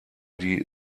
die